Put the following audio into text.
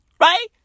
Right